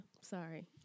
sorry